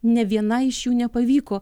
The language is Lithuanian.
ne viena iš jų nepavyko